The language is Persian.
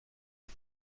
بود